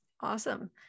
Awesome